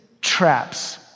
traps